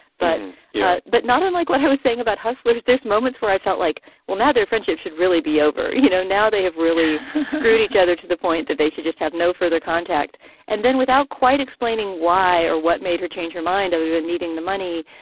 but yeah but not unlike what i was saying about hustlers there's moments where i felt like well now their friendship should really be over. you know now they have really screwed each other to the point that they should just have no further contact and then without quite explaining why or what made her change her mind other than needing the money.